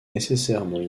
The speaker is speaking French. nécessairement